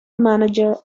manager